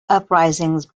uprisings